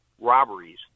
robberies